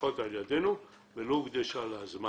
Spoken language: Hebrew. לפחות על ידינו, ולא הוקדש לה זמן.